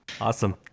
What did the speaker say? Awesome